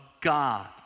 God